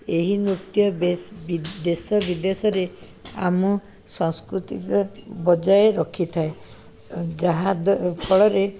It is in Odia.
ଏହି ନୃତ୍ୟ ବେଶ ଦେଶ ବିଦେଶରେ ଆମ ସଂସ୍କୃତିର ବଜାୟ ରଖିଥାଏ ଯାହା ଫଳରେ